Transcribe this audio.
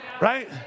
Right